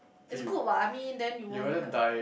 is good what I mean then you won't have